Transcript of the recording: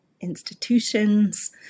institutions